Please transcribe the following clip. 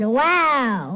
wow